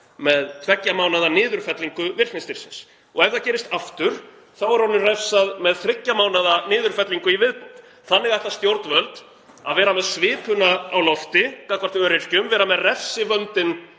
með tveggja mánaða niðurfellingu virknistyrksins. Ef það gerist aftur er honum refsað með þriggja mánaða niðurfellingu í viðbót. Þannig ætla stjórnvöld að vera með svipuna á lofti gagnvart öryrkjum, vera með refsivöndinn